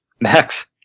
Max